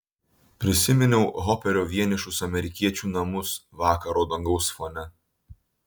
prisiminiau hoperio vienišus amerikiečių namus vakaro dangaus fone